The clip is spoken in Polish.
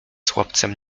chłopcem